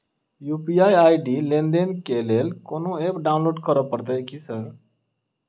UPI ID लेनदेन केँ लेल कोनो ऐप डाउनलोड करऽ पड़तय की सर?